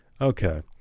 Okay